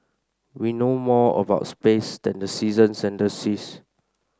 we know more about space than the seasons and the seas